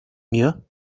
mir